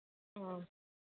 ம்